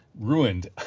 ruined